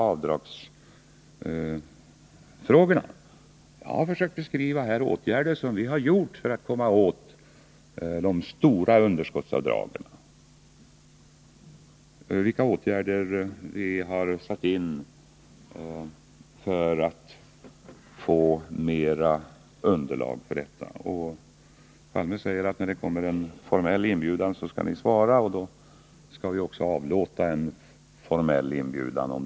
Jag har här försökt beskriva de åtgärder som vi har vidtagit för att komma åt de stora underskottsavdragen. Jag har också talat om vad vi har gjort för att få fram mer underlag för att kunna angripa det problemet. Olof Palme säger att han skall lämna ett svar när det kommer en formell inbjudan om överläggningar, och vi kommer också att lämna en formell inbjudan.